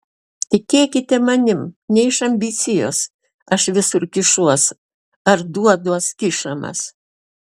tikėkite manim ne iš ambicijos aš visur kišuos ar duoduos kišamas